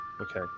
Okay